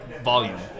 volume